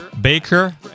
Baker